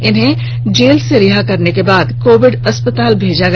इन्हें जेल से रिहा होने के बाद कोविड अस्पताल भेजा गया